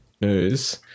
news